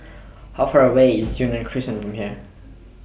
How Far away IS Yunnan Crescent from here